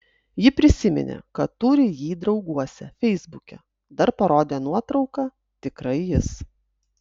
ji prisiminė kad turi jį drauguose feisbuke dar parodė nuotrauką tikrai jis